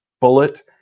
bullet